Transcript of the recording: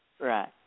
Right